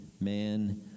man